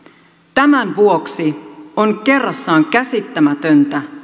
tämän vuoksi on kerrassaan käsittämätöntä